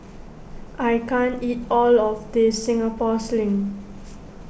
I can't eat all of this Singapore Sling